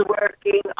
working